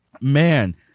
Man